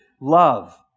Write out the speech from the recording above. love